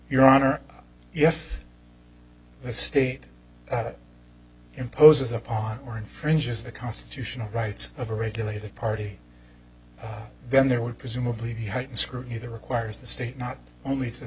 your honor if the state imposes upon or infringes the constitutional rights of a regulated party then there would presumably be heightened scrutiny that requires the state not only to